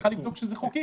היא צריכה לבדוק שזה חוקי.